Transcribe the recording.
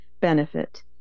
benefit